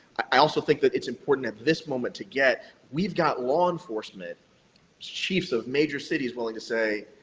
i also think that it's important at this moment to get, we've got law enforcement's chiefs of major cities willing to say,